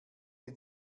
die